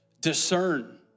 discern